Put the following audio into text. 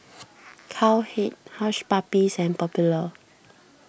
Cowhead Hush Puppies and Popular